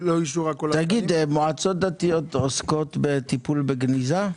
מועצות דתיות עוסקות בטיפול בגניזה?